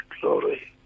glory